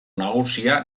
nagusia